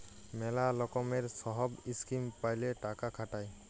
ম্যালা লকমের সহব ইসকিম প্যালে টাকা খাটায়